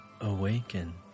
awaken